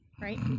Right